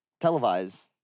televised